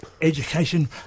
Education